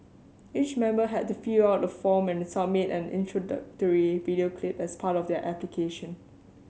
each member had to fill out a form and submit an introductory video clip as part of their application